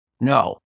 no